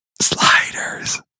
Sliders